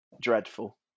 dreadful